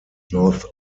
north